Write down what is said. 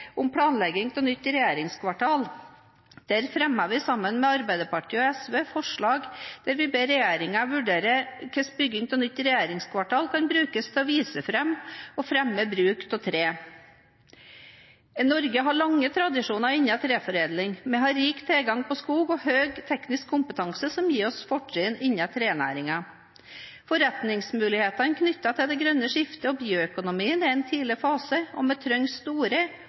om planlegging av nytt regjeringskvartal. Der fremmet vi sammen med Arbeiderpartiet og SV et forslag der vi ba regjeringen vurdere hvordan bygging av nytt regjeringskvartal kan brukes til å vise fram og fremme bruk av tre. Norge har lange tradisjoner innen treforedling, vi har rik tilgang på skog og høy teknisk kompetanse som gir oss fortrinn innen trenæringen. Forretningsmulighetene knyttet til det grønne skiftet og bioøkonomien er i en tidlig fase, og